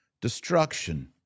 destruction